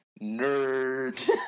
Nerd